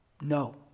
no